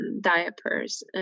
diapers